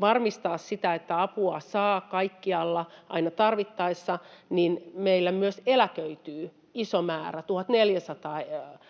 varmistaa sitä, että apua saa kaikkialla aina tarvittaessa, meillä myös eläköityy iso määrä — 1 400